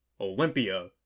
Olympia